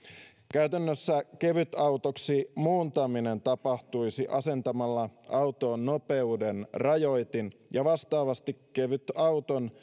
käytännössä kevytautoksi muuntaminen tapahtuisi asentamalla autoon nopeudenrajoitin ja vastaavasti kevytauton